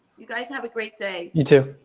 you guys have a great day. you too.